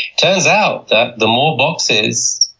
turns out that the more boxes